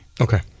Okay